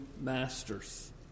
masters